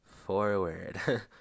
forward